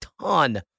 ton